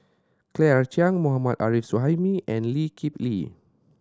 Claire Chiang Mohammad Arif Suhaimi and Lee Kip Lee